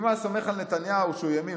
אם הוא היה סומך על נתניהו שהוא ימין,